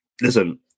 listen